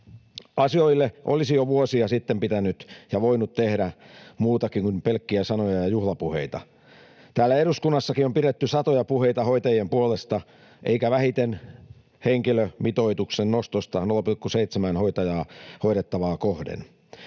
Asioille olisi jo vuosia sitten pitänyt ja voinut tehdä muutakin kuin pelkkiä sanoja ja juhlapuheita. Täällä eduskunnassakin on pidetty satoja puheita hoitajien puolesta — eikä vähiten henkilömitoituksen nostosta 0,7 hoitajaan hoidettavaa kohden.